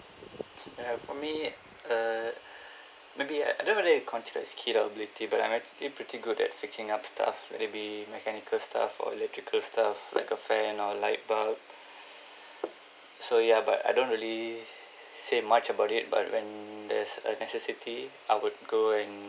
ya for me err maybe I don't know whether it's considered skill or ability but I'm actually pretty good at fixing up stuff let it be mechanical stuff or electrical stuff like a fan or light bulb so ya but I don't really say much about it but when there's a necessity I would go and